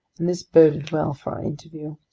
and this boded well for our interview.